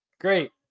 Great